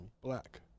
Black